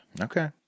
Okay